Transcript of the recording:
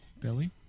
Billy